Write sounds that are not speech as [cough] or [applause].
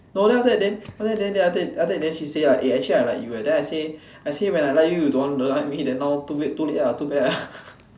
no then after that then then after that then after that then she say like eh actually I like you eh then I say I say when I like you you don't want you don't like me then now too late ah too bad ah [laughs]